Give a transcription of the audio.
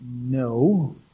No